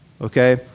okay